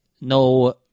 no